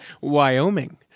Wyoming